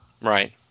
Right